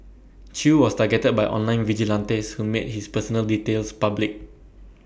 chew was targeted by online vigilantes who made his personal details public